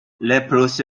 leprosy